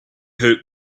hoped